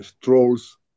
trolls